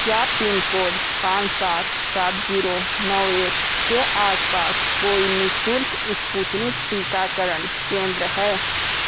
क्या पिनकोड पाँच सात सात जीरो नौ एक के आस पास कोई निशुल्क स्पुतनिक टीकाकरण केंद्र है